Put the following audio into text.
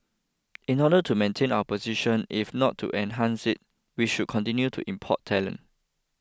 in order to maintain our position if not to enhance it we should continue to import talent